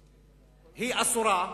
אסורה,